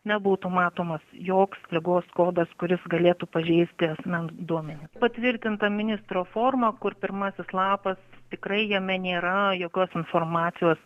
nebūtų matomas joks ligos kodas kuris galėtų pažeisti asmens duomenis patvirtinta ministro forma kur pirmasis lapas tikrai jame nėra jokios informacijos